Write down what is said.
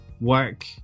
work